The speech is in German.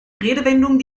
redewendungen